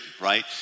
right